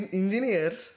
engineers